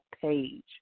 page